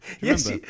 Yes